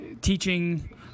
teaching